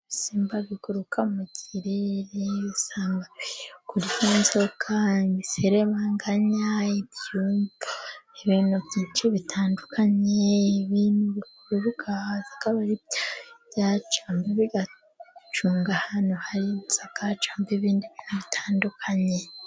Ibisimba biguruka mu kirere usanga biri kurya inzoka, imiserebanganya, ibyumva ibintu byinshi bitandukanye. Ibintu bikururuka hasi akaba ari byo byacawe bigacunga ahantu hari inzoka cyangwa ibindi bintu bitandukanye.